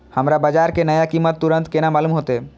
हमरा बाजार के नया कीमत तुरंत केना मालूम होते?